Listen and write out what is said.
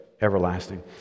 everlasting